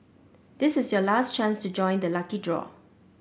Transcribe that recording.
this is your last chance to join the lucky draw